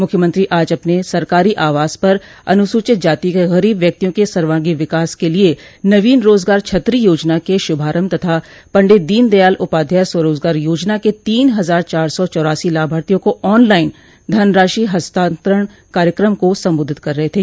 मुख्यमंत्री आज अपने सरकारी आवास पर अनुसूचित जाति के गरीब व्यक्तियों के सर्वांगीण विकास के लिये नवीन रोजगार छतरी योजना के श्रभारम्भ तथा पंडित दीन दयाल उपाध्याय स्वरोजगार योजना के तीन हजार चार सौ चौरासी लाभार्थियों को ऑनलाइन धनराशि हस्तांतरण कार्यक्रम को संबोधित कर रहे थे